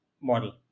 model